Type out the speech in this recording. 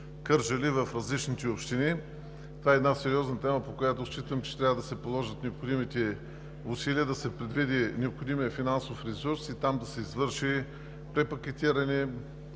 Кърджали. Това е една сериозна тема. Считам, че трябва да се положат необходимите усилия, да се предвиди необходимият финансов ресурс и там да се извърши препакетиране,